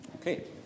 Okay